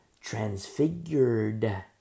transfigured